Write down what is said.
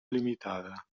limitada